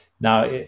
Now